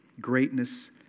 greatness